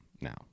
now